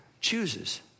chooses